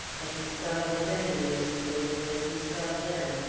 that he saw his enemy as plainly as he saw them,